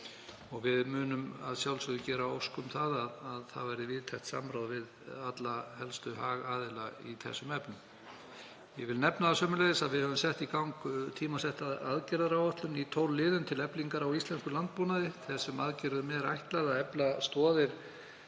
Við munum að sjálfsögðu gera ósk um að víðtækt samráð verði við alla helstu hagaðila í þessum efnum. Ég vil nefna það sömuleiðis að við höfum sett í gang tímasetta aðgerðaáætlun í 12 liðum til eflingar á íslenskum landbúnaði. Þessum aðgerðum er ætlað að efla stoðir